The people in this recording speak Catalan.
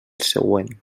següent